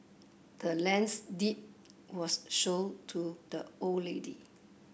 the land's deed was show to the old lady